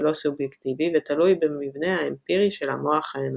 ולא סובייקטיבי ותלוי במבנה האמפירי של המוח האנושי.